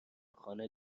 خانه